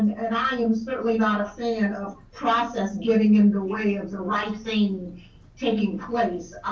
and i am certainly not a fan of process getting in the way of the right thing taking place.